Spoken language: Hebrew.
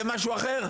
זה משהו אחר.